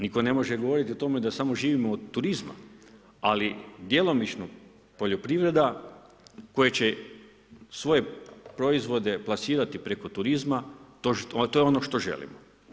Nitko ne može govoriti o tome da samo živimo od turizma, ali djelomično poljoprivreda koja će svoje proizvode plasirati preko turizma, to je ono što želimo.